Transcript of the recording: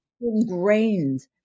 ingrained